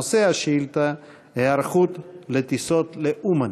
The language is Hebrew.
נושא השאילתה: היערכות לטיסות לאומן.